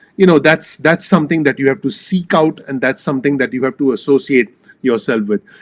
you know that's that's something that you have to seek out and that's something that you have to associate yourself with.